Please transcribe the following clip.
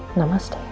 namaste.